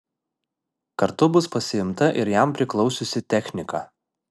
kartu bus pasiimta ir jam priklausiusi technika